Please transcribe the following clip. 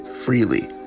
freely